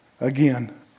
Again